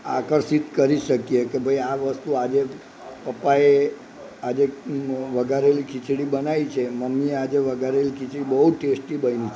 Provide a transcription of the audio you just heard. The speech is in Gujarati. આકર્ષિત કરી શકીએ કે ભાઈ આ વસ્તુ આજે પપ્પાએ આજે વઘારેલી ખીચડી બનાવી છે મમ્મીએ આજે વઘારેલી ખીચડી બહુ ટેસ્ટી બની છે